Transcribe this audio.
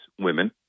women